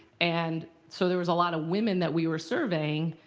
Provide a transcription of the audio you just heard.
and so there was a lot of women that we were surveying,